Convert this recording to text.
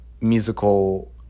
musical